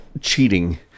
cheating